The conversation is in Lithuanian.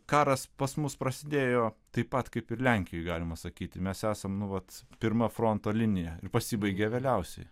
karas pas mus prasidėjo taip pat kaip ir lenkijoj galima sakyti mes esam nu vat pirma fronto linija ir pasibaigė vėliausiai